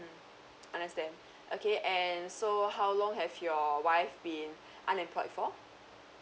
understand okay and so how long have your wife been unemployed for